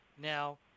Now